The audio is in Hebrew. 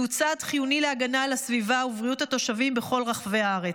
זהו צעד חיוני להגנה על הסביבה ובריאות התושבים בכל רחבי הארץ.